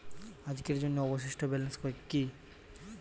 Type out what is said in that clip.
আজকের জন্য অবশিষ্ট ব্যালেন্স কি?